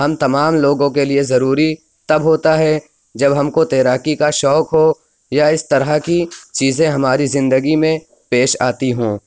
ہم تمام لوگوں کے لیے ضروری تب ہوتا ہے جب ہم کو تیراکی کا شوق ہو یا اِس طرح کی چیزیں ہماری زندگی میں پیش آتی ہوں